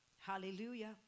Hallelujah